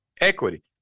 Equity